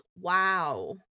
wow